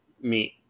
meet